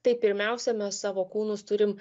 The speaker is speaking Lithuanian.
tai pirmiausia mes savo kūnus turim